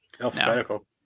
Alphabetical